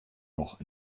loch